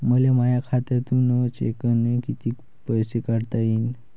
मले माया खात्यातून चेकनं कितीक पैसे काढता येईन?